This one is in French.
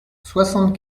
soixante